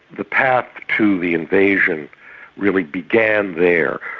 the path to the invasion really began there.